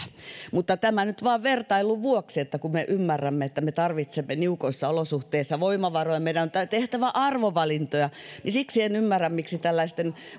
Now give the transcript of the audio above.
mutta tämä nyt vain vertailun vuoksi eli kun me ymmärrämme että me tarvitsemme niukoissa olosuhteissa voimavaroja ja meidän on tehtävä arvovalintoja niin siksi en ymmärrä miksi